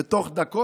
ותוך דקות,